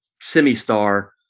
semi-star